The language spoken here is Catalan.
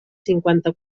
cinquanta